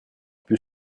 più